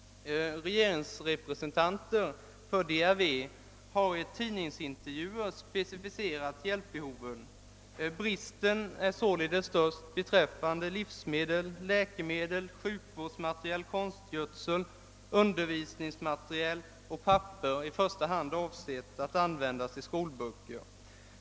Regeringsrepresentanter för DRV har i tidningsintervjuer specificerat hjälpbehoven. Bristen är således störst beträffande livsmedel, läkemedel, sjukvårdsmateriel, konstgödsel, undervisningsmateriel och papper, i första hand avsett att användas till skolböcker.